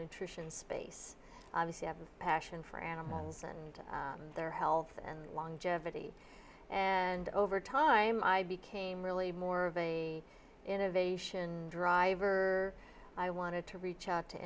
nutrition space obviously have a passion for animals and their health and longevity and over time i became really more of an innovation driver i wanted to reach out to